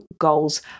goals